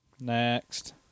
Next